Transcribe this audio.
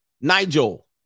Nigel